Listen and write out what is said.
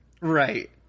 Right